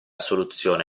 soluzione